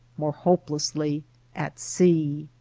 more hopelessly at sea